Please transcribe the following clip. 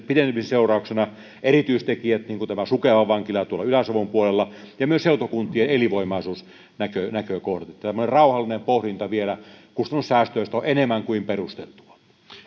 pidentymisen seurauksena erityistekijät niin kuin tämä sukevan vankila tuolla ylä savon puolella ja myös seutukuntien elinvoimaisuusnäkökohdat tämmöinen rauhallinen pohdinta vielä kustannussäästöistä on enemmän kuin perusteltua